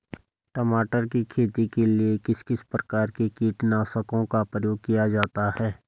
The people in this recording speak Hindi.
टमाटर की खेती के लिए किस किस प्रकार के कीटनाशकों का प्रयोग किया जाता है?